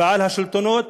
ועל השלטונות